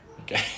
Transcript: okay